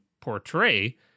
portray